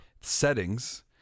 settings